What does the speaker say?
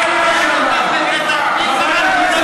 השר אקוניס,